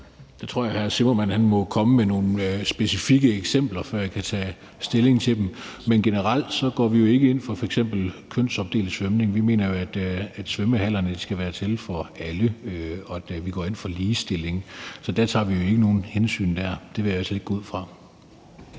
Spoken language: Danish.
jeg hr. Nick Zimmermann må komme med nogle specifikke eksempler, før jeg kan tage stilling til dem, men generelt går vi jo ikke ind for f.eks. kønsopdelt svømning. Vi mener, at svømmehallerne skal være til for alle, og vi går ind for ligestilling. Så der tager vi ikke nogen hensyn. Det vil jeg altså ikke gå ud fra.